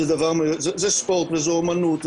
זה ספורט ואומנות,